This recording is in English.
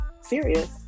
serious